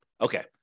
Okay